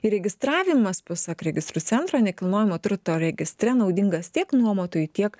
įregistravimas pasak registrų centro nekilnojamo turto registre naudingas tiek nuomotojui tiek